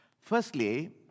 Firstly